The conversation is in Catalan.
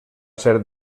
ser